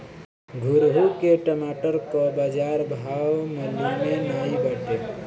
घुरहु के टमाटर कअ बजार भाव मलूमे नाइ बाटे